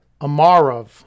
Amarov